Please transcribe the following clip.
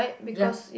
ya